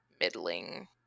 middling